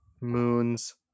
moon's